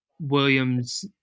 Williams